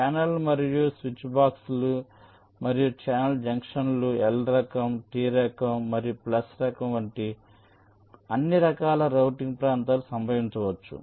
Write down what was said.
channel మరియు స్విచ్బాక్స్లు మరియు ఛానల్ జంక్షన్లు L రకం T రకం మరియు ప్లస్ రకం వంటి అన్ని రకాల రౌటింగ్ ప్రాంతాలు సంభవించవచ్చు